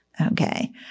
okay